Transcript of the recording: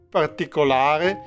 particolare